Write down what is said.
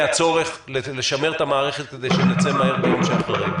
הצורך לשמר את המערכת כדי שנצא מהר ביום שאחרי.